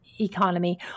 economy